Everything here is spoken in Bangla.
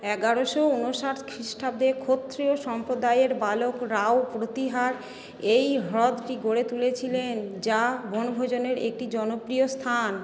এগারোশো ঊনষাট খ্রিষ্টাব্দে ক্ষত্রিয় সম্প্রদায়ের বালক রাও প্রতিহার এই হ্রদটি গড়ে তুলেছিলেন যা বনভোজনের একটি জনপ্রিয় স্থান